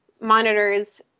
monitors